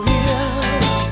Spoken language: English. ears